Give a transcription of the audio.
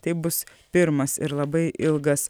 tai bus pirmas ir labai ilgas